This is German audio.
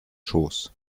schoß